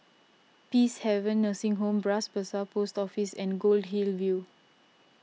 Peacehaven Nursing Home Bras Basah Post Office and Goldhill View